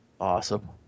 Awesome